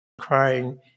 crying